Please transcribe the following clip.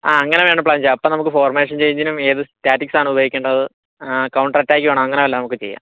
ആ അങ്ങനെ വേണം പ്ലാൻ ചെയ്യാൻ അപ്പോൾ നമുക്ക് ഫോർമേഷൻ ചേഞ്ചിനും ഏത് സ്റ്റാറ്റിക്സ് ആണുപയോഗിക്കേണ്ടത് കൌണ്ടർ അറ്റാക്ക് വേണോ അങ്ങനെ വല്ലോം നമുക്ക് ചെയ്യാം